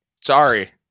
sorry